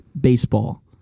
baseball